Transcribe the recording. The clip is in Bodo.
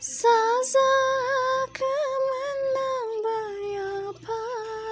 साजाखौ मोन्नांबाय आफा